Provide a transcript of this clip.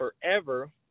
forever